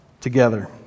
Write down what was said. together